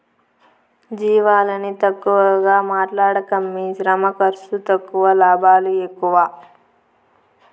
జీవాలని తక్కువగా మాట్లాడకమ్మీ శ్రమ ఖర్సు తక్కువ లాభాలు ఎక్కువ